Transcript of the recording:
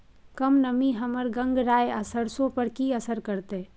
कम नमी हमर गंगराय आ सरसो पर की असर करतै?